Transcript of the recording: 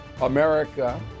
America